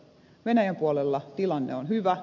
venäjän puolella tilanne on hyvä